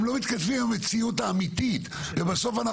הם לא מתכתבים עם המציאות האמיתית ובסוף אנחנו